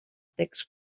text